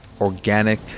organic